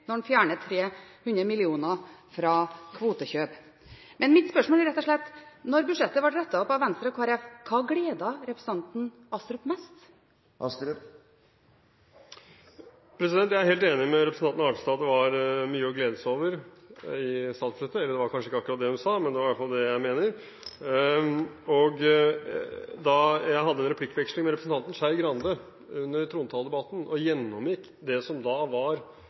når en fjerner 300 mill. kr fra kvotekjøp. Men mitt spørsmål er rett og slett: Når budsjettet ble rettet opp av Venstre og Kristelig Folkeparti, hva gledet representanten Astrup mest? Jeg er helt enig med representanten Arnstad i at det var mye å glede seg over i statsbudsjettet – eller det var kanskje ikke akkurat det hun sa, men det er i hvert fall det jeg mener. Jeg hadde en replikkveksling med representanten Skei Grande under trontaledebatten og gjennomgikk det som